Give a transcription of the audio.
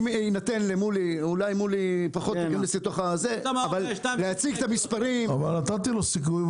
אני חושב שאם יינתן לשמואל להציג את המספרים --- אבל נתתי לו סיכוי,